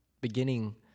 beginning